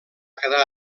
quedar